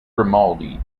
grimaldi